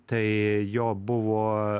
tai jo buvo